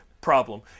Problem